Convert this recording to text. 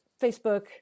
Facebook